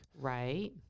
Right